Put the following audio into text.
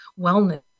wellness